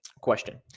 Question